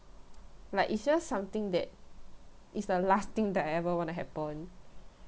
like it's just something that it's the last thing that I ever want to happen